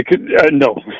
no